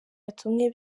yatumwe